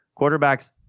quarterbacks